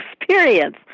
experience